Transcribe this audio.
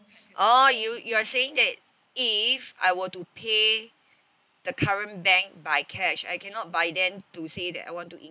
oh you you are saying that if I were to pay the current bank by cash I cannot by then to say that I want to increase